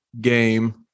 game